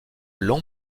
long